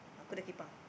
uh kuda kepang